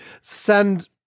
send